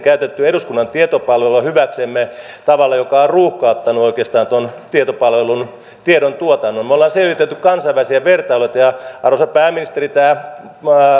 käyttäneet eduskunnan tietopalvelua hyväksemme tavalla joka on oikeastaan ruuhkauttanut tuon tietopalvelun tiedontuotannon me olemme selvitelleet kansainvälisiä vertailuita ja arvoisa pääministeri tämä